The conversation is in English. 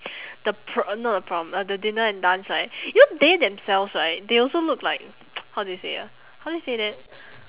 the pr~ not the prom uh the dinner and dance right you know they themselves right they also look like how do you say ah how do you say that